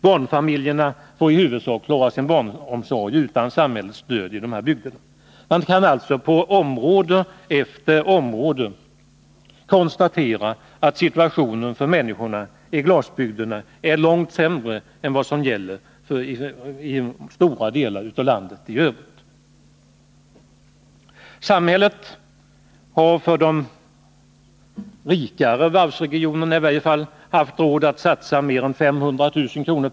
Barnfamiljerna får i huvudsak klara sin barnomsorg utan samhällets stöd i de här bygderna. Man kan alltså på område efter område konstatera att situationen för människorna i glasbygderna är långt sämre än vad som gäller i stora delar av landet i övrigt. Samhället har i varje fall i de rikare varvsregionerna haft råd att satsa mer än 500 000 kr.